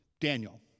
Daniel